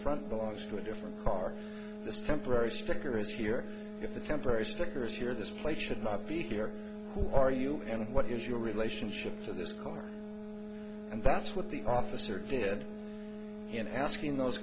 front belongs to a different car this temporary sticker is here if the temporary sticker is here this place should not be here who are you and what is your relationship to this car and that's what the officer did in asking those